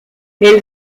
elle